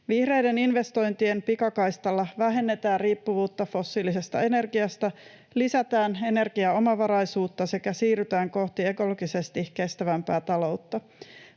Vihreiden investointien pikakaistalla vähennetään riippuvuutta fossiilisesta energiasta, lisätään energiaomavaraisuutta sekä siirrytään kohti ekologisesti kestävämpää taloutta.